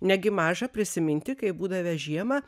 negi maža prisiminti kaip būdavę žiemą